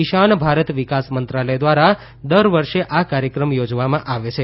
ઇશાન ભારત વિકાસ મંત્રાલય દ્વારા દર વર્ષે આ કાર્યક્રમ યોજવામાં આવે છે